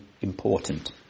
Important